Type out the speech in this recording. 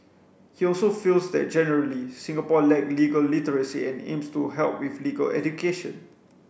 he also feels that generally Singapore lack legal literacy and aims to help with legal education